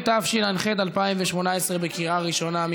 התשע"ח 2018, בקריאה ראשונה.